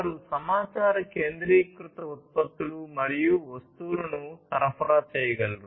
వారు సమాచార కేంద్రీకృత ఉత్పత్తులు మరియు వస్తువులను సరఫరా చేయగలరు